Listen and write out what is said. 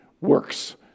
works